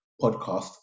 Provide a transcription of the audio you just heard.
podcast